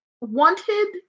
wanted